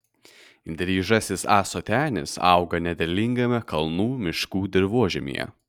dryžasis ąsotenis auga nederlingame kalnų miškų dirvožemyje